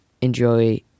Enjoy